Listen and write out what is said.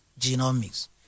genomics